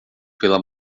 pela